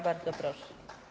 Bardzo proszę.